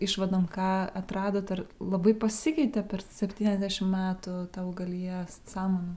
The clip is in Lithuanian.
išvadom ką atradot ar labai pasikeitė per septyniasdešimt metų ta augalija samanų